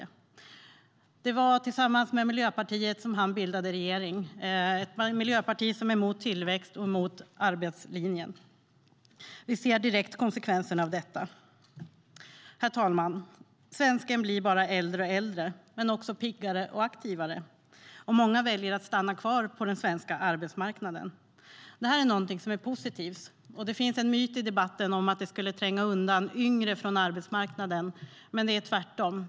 Han bildade regering tillsammans med Miljöpartiet - ett miljöparti som är emot tillväxt och arbetslinje. Vi ser direkt konsekvenserna av detta. Herr talman! Svensken blir bara äldre och äldre men också piggare och aktivare. Många väljer att stanna längre på arbetsmarknaden, och det är positivt. Det finns dock en myt i debatten om att de skulle tränga undan yngre från arbetsmarknaden, men det är tvärtom.